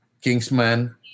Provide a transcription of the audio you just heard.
Kingsman